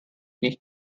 nicht